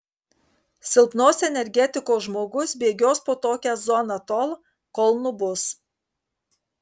silpnos energetikos žmogus bėgios po tokią zoną tol kol nubus